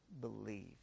Believe